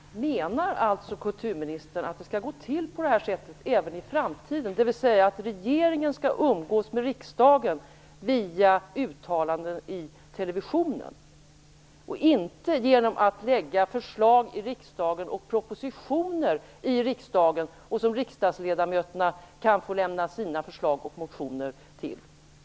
Fru talman! Menar alltså kulturministern att det skall gå till på det här sättet även i framtiden, dvs. att regeringen skall umgås med riksdagen via uttalanden i televisionen och inte genom att lägga fram förslag för riksdagen i propositioner, som riksdagsledamöterna kan väcka motioner i anslutning till?